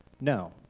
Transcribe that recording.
No